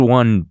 one